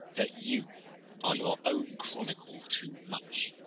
that you are your own chronicle too much,